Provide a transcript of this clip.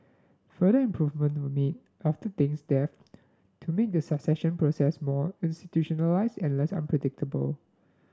further improvements were made after Deng's death to make the succession process more institutionalized and less unpredictable